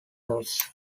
news